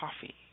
coffee